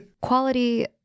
Quality